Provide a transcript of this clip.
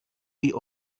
die